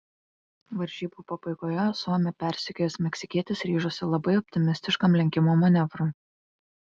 varžybų pabaigoje suomį persekiojęs meksikietis ryžosi labai optimistiškam lenkimo manevrui